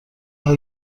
بعد